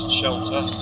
shelter